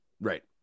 Right